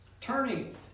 Turning